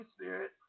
Spirit